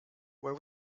where